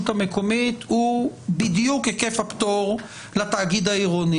המקומית הוא בדיוק היקף הפטור לתאגיד העירוני.